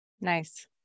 nice